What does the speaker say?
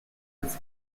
its